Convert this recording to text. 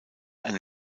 eine